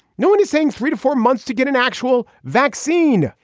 no one is saying three to four months to get an actual vaccine.